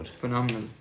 Phenomenal